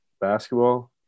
basketball